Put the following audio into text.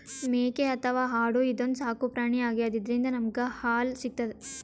ಮೇಕೆ ಅಥವಾ ಆಡು ಇದೊಂದ್ ಸಾಕುಪ್ರಾಣಿ ಆಗ್ಯಾದ ಇದ್ರಿಂದ್ ನಮ್ಗ್ ಹಾಲ್ ಸಿಗ್ತದ್